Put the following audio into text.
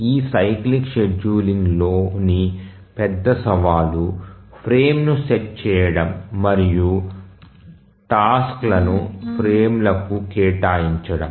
ఈ సైక్లిక్ షెడ్యూలింగ్లోని పెద్ద సవాలు ఫ్రేమ్ను సెట్ చేయడం మరియు టాస్క్లను ఫ్రేమ్లకు కేటాయించడం